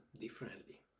differently